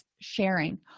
sharing